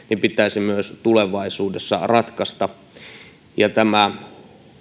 pitäisi myös tulevaisuudessa ratkaista tämä